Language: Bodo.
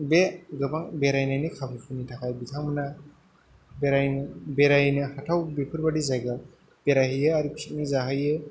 बे गोबां बेरायनायनि खाबुफोरनि थाखाय बिथांमोना बेरायनो हाथाव बेफोरबादि जायगा बेरायहैयो आरो फिकनिक जाहैयो